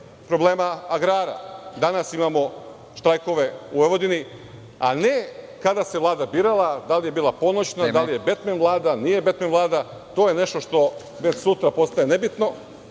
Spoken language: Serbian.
problema agrara. Danas imamo štrajkove u Vojvodini, a ne kada se Vlada birala, da li je bila ponoćna, da li je bila „Betmen vlada“, nije „Betmen vlada“, to je nešto što već sutra postaje nebitno.